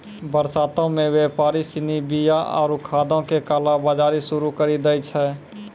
बरसातो मे व्यापारि सिनी बीया आरु खादो के काला बजारी शुरू करि दै छै